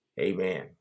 Amen